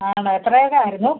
ആണോ എത്രയുടെ ആയിരുന്നു